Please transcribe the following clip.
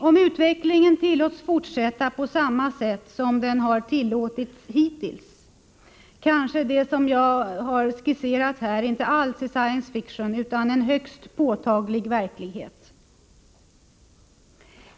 Om utvecklingen får fortsätta på samma sätt som den hittills fått, kanske det som jag här skisserat inte alls blir science fiction utan en högst påtaglig verklighet.